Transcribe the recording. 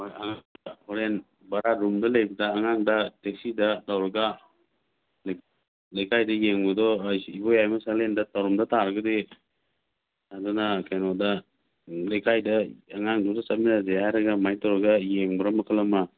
ꯍꯣꯔꯦꯟ ꯕꯔꯥ ꯔꯨꯝꯗ ꯂꯩꯕꯗ ꯑꯉꯥꯡꯗ ꯇꯦꯛꯁꯤꯗ ꯇꯧꯔꯒ ꯂꯩꯀꯥꯏꯗ ꯌꯦꯡꯕꯗꯣ ꯑꯁ ꯏꯕꯣꯌꯥꯏꯃ ꯁꯪꯂꯦꯟꯗ ꯇꯧꯔꯝꯕ ꯇꯥꯔꯒꯗꯤ ꯑꯗꯨꯅ ꯀꯩꯅꯣꯗ ꯂꯩꯀꯥꯏꯗ ꯑꯉꯥꯡꯗꯨꯒ ꯆꯠꯂꯤꯟꯅꯁꯦ ꯍꯥꯏꯔꯒ ꯑꯗꯨꯃꯥꯏꯅ ꯇꯧꯔꯒ ꯌꯦꯡꯕꯅ ꯃꯈꯜ ꯑꯃ